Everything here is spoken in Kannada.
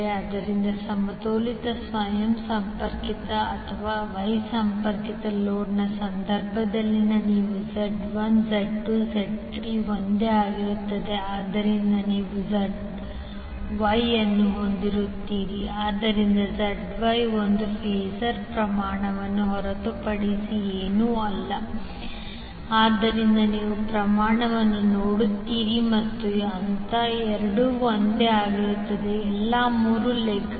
ಆದ್ದರಿಂದ ಸಮತೋಲಿತ ಸ್ಟರ್ಸಂಪರ್ಕಿತ ಅಥವಾ ವೈ ಸಂಪರ್ಕಿತ ಲೋಡ್ನ ಸಂದರ್ಭದಲ್ಲಿ ನೀವು Z1 Z2 Z3 ಒಂದೇ ಆಗಿರುತ್ತೀರಿ ಆದ್ದರಿಂದ ನೀವು ZYಅನ್ನು ಹೊಂದಿರುತ್ತೀರಿ ಆದ್ದರಿಂದ ZY ಒಂದು ಫಾಸರ್ ಪ್ರಮಾಣವನ್ನು ಹೊರತುಪಡಿಸಿ ಏನೂ ಅಲ್ಲ ಆದ್ದರಿಂದ ನೀವು ಪ್ರಮಾಣವನ್ನು ನೋಡುತ್ತೀರಿ ಮತ್ತು ಹಂತ ಎರಡೂ ಒಂದೇ ಆಗಿರುತ್ತದೆ ಎಲ್ಲಾ ಮೂರು ಲೆಗ್ಗಳು